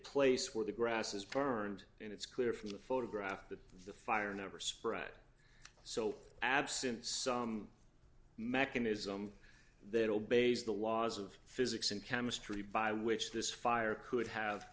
place where the grass is permed and it's clear from the photograph that the fire never spread so absent some mechanism that obeys the laws of physics and chemistry by which this fire could have